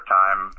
time